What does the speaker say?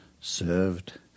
served